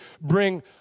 bring